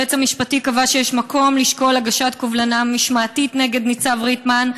היועץ המשפטי קבע שיש מקום לשקול הגשת קובלנה משמעתית נגד ניצב ריטמן,